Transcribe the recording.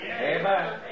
Amen